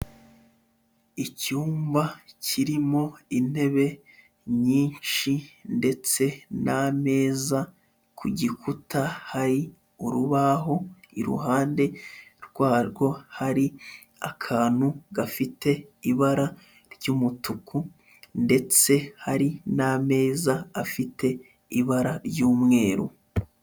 Icyumba kirimo intebe nyinshi ndetse n'ameza, ku gikuta hari urubaho, iruhande rwarwo hari akantu gafite ibara ry'umutuku ndetse hari n'ameza afite ibara ry'umweru.